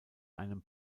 einem